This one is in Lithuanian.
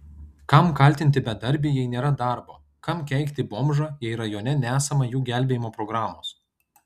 kam kaltinti bedarbį jei nėra darbo kam keikti bomžą jei rajone nesama jų gelbėjimo programos